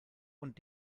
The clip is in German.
und